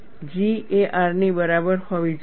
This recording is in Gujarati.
G એ R ની બરાબર હોવી જોઈએ